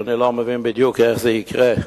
ואני לא מבין בדיוק איך זה יקרה.